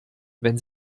wenn